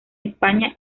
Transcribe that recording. españa